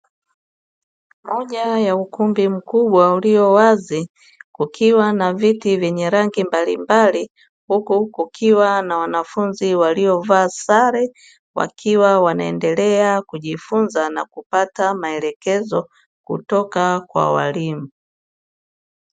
Moja ya ukumbi mkubwa uliowazi ukiwa na viti vyenye rangi mbalimbali huku ukiwa na wanafunzi waliovaa sare wakiwa wanaendelea kujifunza na kupata maelekezo kutoka kwa walimu.